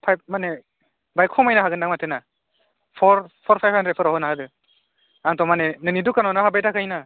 five माने बाहाय खमायनो हागोन दां माथो ना फर फाइभ हानद्रेदफोराव होना होदो आंथ'माने नोंनि दखानावनो हाब्बाय थाखायो ना